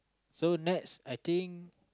so next I think